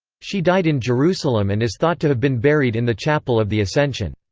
she died in jerusalem and is thought to have been buried in the chapel of the ascension.